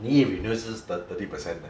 你一 renew 是 thirt~ thirty percent eh